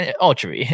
ultra